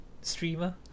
streamer